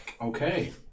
okay